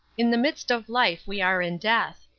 in the midst of life we are in death.